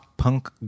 Punk